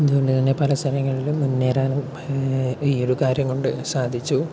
ഇതുകൊണ്ടുതന്നെ പല സ്ഥലങ്ങളിലും മുന്നേറാൻ ഈ ഒരു കാര്യം കൊണ്ട് സാധിച്ചു